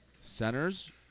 Centers